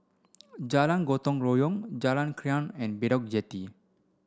Jalan Gotong Royong Jalan Krian and Bedok Jetty